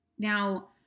Now